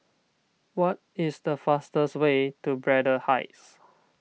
what is the fastest way to Braddell Heights